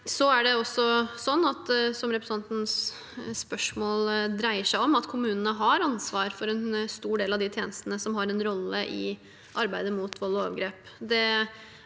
mennene, trenger. Som representantens spørsmål dreier seg om, har kommunene ansvar for en stor del av de tjenestene som har en rolle i arbeidet mot vold og overgrep.